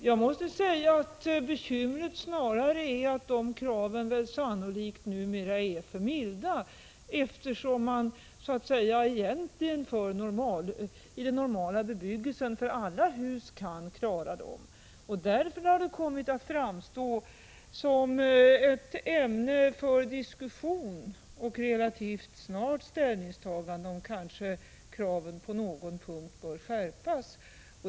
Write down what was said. Bekymret är snarare att kraven numera sannolikt är för milda, eftersom man i normal bebyggelse kan klara dem för alla hus. Därför har det kommit att framstå som ett ämne för diskussion och relativt snart ställningstagande om kraven kanske på någon punkt bör skärpas.